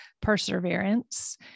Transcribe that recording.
perseverance